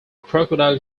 crocodile